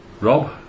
Rob